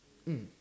mm